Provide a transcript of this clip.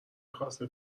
خواسته